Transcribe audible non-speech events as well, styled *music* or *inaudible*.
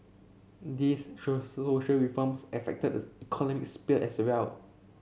these *unintelligible* social reforms affected economic sphere as well